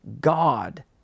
God